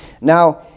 Now